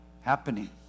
happening